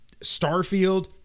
Starfield